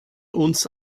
uns